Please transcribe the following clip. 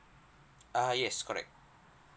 ah yes correct